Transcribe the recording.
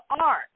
art